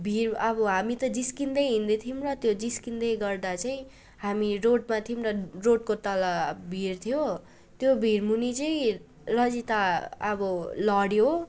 view अब हामी त जिस्किँदै हिँड्दै थियौँ र त्यो जिस्किँदै गर्दा चाहिँ हामी रोडमा थियौँ र रोडको तल भिर थियो त्यो भिरमुनि चाहिँ रजिता अब लड्यो